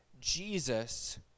Jesus